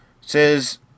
says